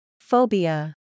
phobia